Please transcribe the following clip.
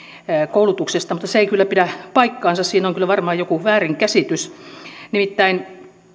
koulutuksesta mutta se ei kyllä pidä paikkaansa siinä on kyllä varmaan joku väärinkäsitys nimittäin